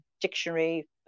dictionary